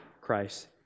Christ